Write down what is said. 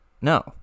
No